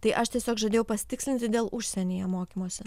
tai aš tiesiog žadėjau pasitikslinti dėl užsienyje mokymosi